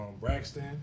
Braxton